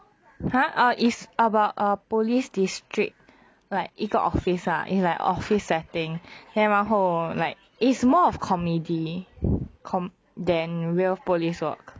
!huh! ah is about a police district like 一个 office ah is like office setting then 然后 like is more of comedy com than real police work